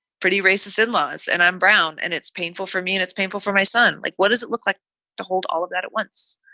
pretty racist and laws and i'm brown. and it's painful for me and it's painful for my son. like, what does it look like to hold all of that at once?